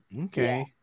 Okay